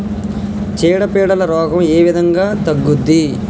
చీడ పీడల రోగం ఏ విధంగా తగ్గుద్ది?